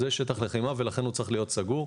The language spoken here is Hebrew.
זה שטח לחימה ולכן הוא צריך להיות סגור.